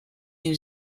new